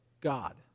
God